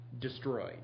destroyed